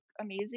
amazing